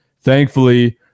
Thankfully